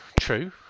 true